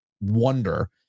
wonder